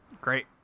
Great